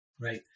right